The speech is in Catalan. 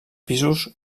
pisos